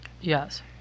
Yes